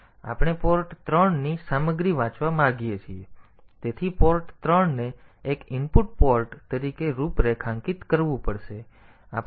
હવે આપણે પોર્ટ 3 ની સામગ્રી વાંચવા માંગીએ છીએ તેથી પોર્ટ 3 ને એક ઇનપુટ પોર્ટ તરીકે રૂપરેખાંકિત કરવું પડશે